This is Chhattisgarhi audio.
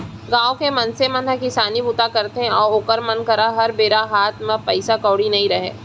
गाँव के मनसे मन ह किसानी बूता करथे अउ ओखर मन करा हर बेरा हात म पइसा कउड़ी नइ रहय